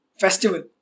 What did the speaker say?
festival